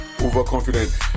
overconfident